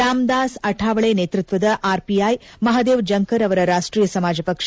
ರಾಮದಾಸ್ ಅಠಾವಳೆ ನೇತೃತ್ವದ ಆರ್ಪಿಐ ಮಹದೇವ್ ಜಂಕರ್ ಅವರ ರಾಷ್ಟೀಯ ಸಮಾಜ ಪಕ್ಷ